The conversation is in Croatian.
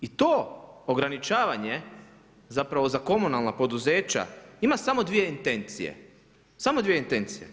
I to ograničavanje zapravo za komunalna poduzeća ima samo dvije intencije, samo dvije intencije.